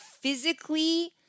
physically